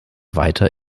weiter